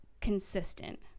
consistent